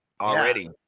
already